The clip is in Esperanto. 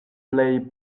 plej